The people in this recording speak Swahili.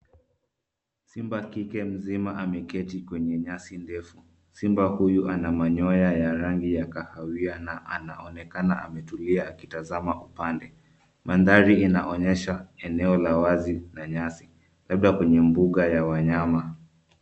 Simba kike mzima ameketi kwenye nyasi ndefu, simba huyu ana manyoya ya rangi ya kahawia na anaonekana ametulia akitazama upande. Mandhari inaonesha eneo la wazi na nyasi, labda kwenye mbuga la wanyama.